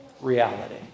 reality